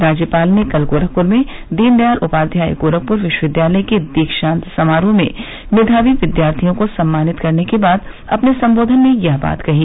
राज्यपाल ने कल गोरखपुर में दीनदयाल उपाध्याय गोरखपुर विश्वविद्यालय के दीक्षांत समारोह में मेधावी विद्यार्थियों को सम्मानित करने के बाद अपने संबोधन में यह बात कही